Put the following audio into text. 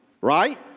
Right